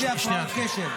יש לי הפרעות קשב.